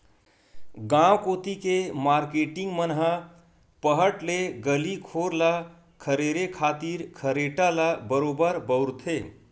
गांव कोती के मारकेटिंग मन ह पहट ले गली घोर ल खरेरे खातिर खरेटा ल बरोबर बउरथे